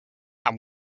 and